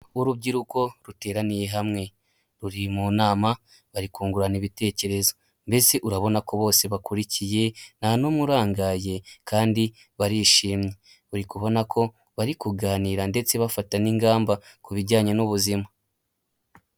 Urubyiruko ruteraniye hamwe, ruri mu nama bari kungurana ibitekerezo, mbese urabona ko bose bakurikiye, nta n'umwe urangaye kandi barishimye, uri kubona ko bari kuganira ndetse bafata n'ingamba ku bijyanye n'ubuzima.